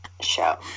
show